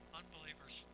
unbelievers